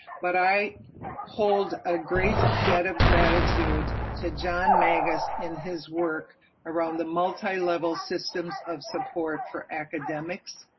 but i hold a great debt of gratitude to john magus in his work around the multilevel systems of support for academics.